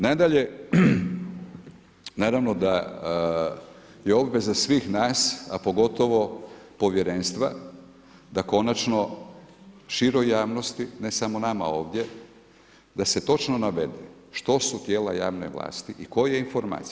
Nadalje, naravno da je obveza svih nas a pogotovo povjerenstva da konačno široj javnosti ne samo nama ovdje, da se točno navede što su tijela javne vlasti i koje informacije.